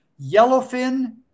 yellowfin